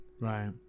Right